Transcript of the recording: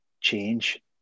change